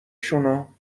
شونو